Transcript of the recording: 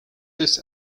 this